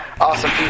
Awesome